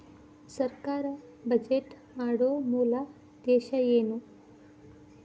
ಸರ್ಕಾರ್ ಬಜೆಟ್ ಮಾಡೊ ಮೂಲ ಉದ್ದೇಶ್ ಏನು?